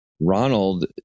ronald